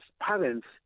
parents